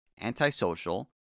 antisocial